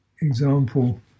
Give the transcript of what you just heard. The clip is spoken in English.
example